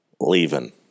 leaving